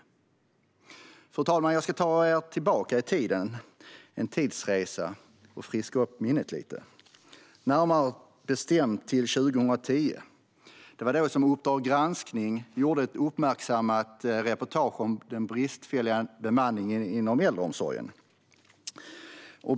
Fru talman! Jag ska ta er tillbaka i tiden. Låt oss friska upp minnet lite och göra en tidsresa till hösten 2010. Det var då Uppdrag granskning gjorde ett uppmärksammat reportage om den bristfälliga bemanningen inom äldreomsorgen.